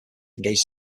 engaged